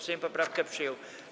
Sejm poprawkę przyjął.